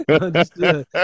Understood